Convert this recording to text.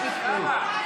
בבקשה,